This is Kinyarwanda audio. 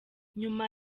nyuma